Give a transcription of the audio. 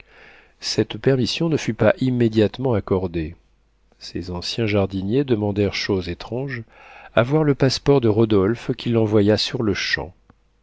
cette permission ne fut pas immédiatement accordée ces anciens jardiniers demandèrent chose étrange à voir le passeport de rodolphe qui l'envoya sur-le-champ